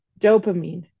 dopamine